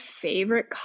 favorite